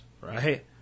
right